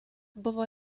buvo